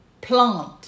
plant